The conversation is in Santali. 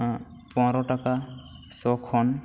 ᱯᱚᱱᱮᱨᱳ ᱴᱟᱠᱟ ᱥᱚ ᱠᱷᱚᱱ